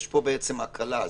יש פה בעצם הקלה.